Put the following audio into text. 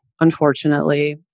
unfortunately